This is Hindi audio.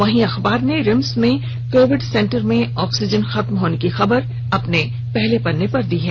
वहीं अंखबार ने रिम्स में कोविड सेन्टर में ऑक्सीजन खत्म होने की खबर को अपने पहले पेज पर जगह दी है